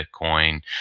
Bitcoin